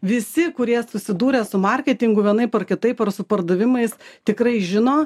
visi kurie susidūrę su marketingu vienaip ar kitaip ar su pardavimais tikrai žino